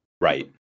Right